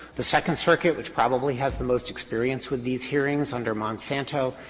the second circuit, which probably has the most experience with these hearings under monsanto,